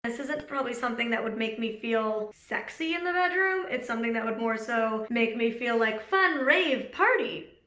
this isn't probably something that would make me feel sexy in the bedroom. it's something that would more so, make me feel like fun, rave, party.